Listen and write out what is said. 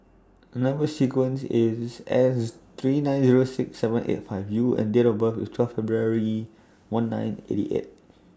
Number sequence IS S three nine Zero six seven eight five U and Date of birth IS twelve February one nine eighty eight